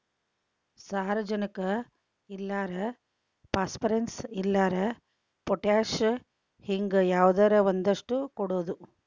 ಸಾರಜನಕ ಇಲ್ಲಾರ ಪಾಸ್ಪರಸ್, ಇಲ್ಲಾರ ಪೊಟ್ಯಾಶ ಹಿಂಗ ಯಾವದರ ಒಂದಷ್ಟ ಕೊಡುದು